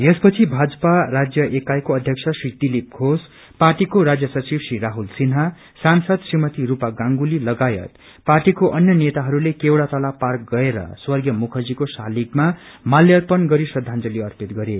यसपछि भजपा राज्य एकाइको अध्यक्ष श्री दिलीप घोष पार्टीको राष्ट्रिय सचिव श्री राहुनसिन्हा सांसद श्रीमती रूपा गांगुली लगायत पार्टीको अन्य नेताहरूले केवड़ातला पार्क गएर स्वग्रेय मुखर्जीको शलिगमा माल्याप्रण गरी श्रदाजंली अर्पित गरे